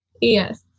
Yes